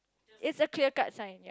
it's a clear cut sign